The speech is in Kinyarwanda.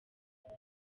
ngo